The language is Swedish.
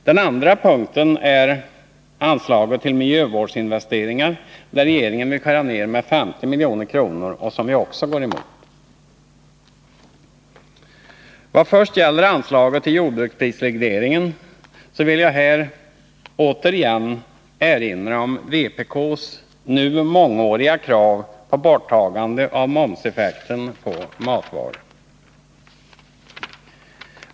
Den andra punkten är anslaget till miljövårdsinvesteringar, som regeringen vill skära ner med 50 milj.kr. Det går vi också emot. 69 Vad först gäller anslaget till jordbruksprisregleringen vill jag här återigen erinra om vpk:s nu mångåriga krav på borttagande av momseffekten på matvaror.